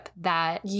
that-